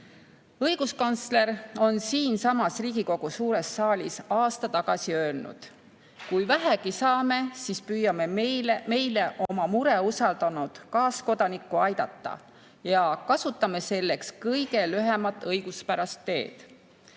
Õiguskantsler on siinsamas Riigikogu suures saalis aasta tagasi öelnud: "[...] kui vähegi saame, siis püüame meile oma mure usaldanud kaaskodanikku aidata ja kasutame selleks kõige lühemat õiguspärast teed.